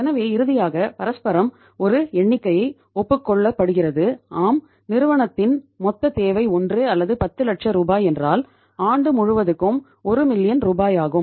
எனவே இறுதியாக பரஸ்பரம் ஒரு எண்ணிக்கை ஒப்புக் கொள்ளப்படுகிறது ஆம் நிறுவனத்தின் மொத்த தேவை 1 அல்லது 10 லட்சம் ரூபாய் என்றால் ஆண்டு முழுவதுக்கும் 1 மில்லியன் ரூபாயாகும்